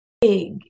big